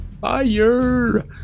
fire